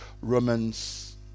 Romans